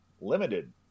limited